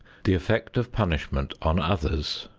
the effect of punishment on others